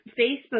Facebook